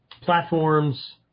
platforms